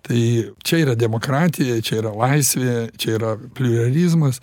tai čia yra demokratija čia yra laisvė čia yra pliuralizmas